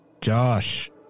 Josh